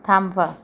थांबवा